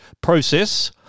process